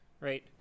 right